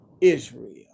Israel